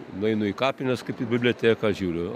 nueinu į kapines kaip į biblioteką žiūriu